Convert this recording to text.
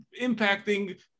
impacting